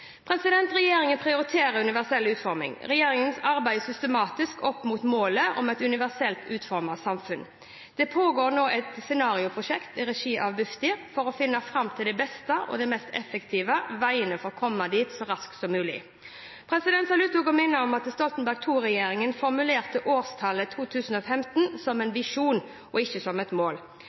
Regjeringen prioriterer universell utforming. Regjeringen arbeider systematisk opp mot målet om et universelt utformet samfunn. Det pågår nå et scenarioprosjekt i regi av Bufdir for å finne fram til de beste og mest effektive veiene for å komme dit så raskt som mulig. Jeg vil også minne om at Stoltenberg II-regjeringen formulerte årstallet 2025 som en visjon og ikke som et mål.